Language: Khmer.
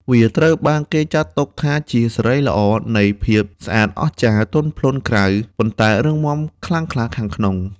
វាត្រូវបានគេចាត់ទុកថាជាសិរីល្អនៃភាពស្អាតអស្ចារ្យ ទន់ភ្លន់ក្រៅ ប៉ុន្តែរឹងមាំខ្លាំងក្លាខាងក្នុង។